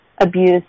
abuse